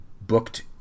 booked